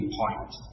point